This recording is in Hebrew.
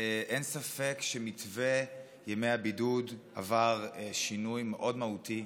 אין ספק שמתווה ימי הבידוד עבר שינוי מאוד מהותי.